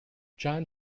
john